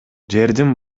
жердин